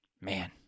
Man